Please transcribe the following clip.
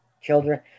children